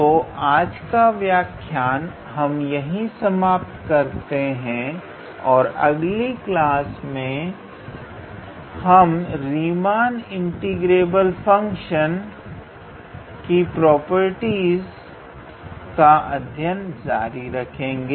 तो आज का व्याख्यान हम यहीं समाप्त करते हैं और अगली क्लास में हम रीमान इंटीग्रेबल फंक्शन की प्रॉपर्टीस का अध्ययन जारी रखेंगे